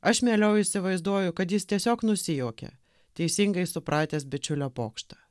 aš mieliau įsivaizduoju kad jis tiesiog nusijuokė teisingai supratęs bičiulio pokštą